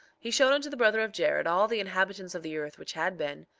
he showed unto the brother of jared all the inhabitants of the earth which had been,